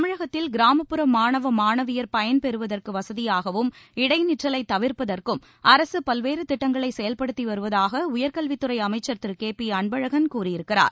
தமிழகத்தில் கிராமப்புற மாணவ மாணவியர் பயன்பெறுவதற்கு வசதியாகவும் இடைநிற்றலை தவிர்ப்பதற்கும் அரசு பல்வேறு திட்டங்களை செயல்படுத்தி வருவதாக உயர்கல்வித்துறை அமைச்சர் திரு கே பி அன்பழகன் கூறியிருக்கிறார்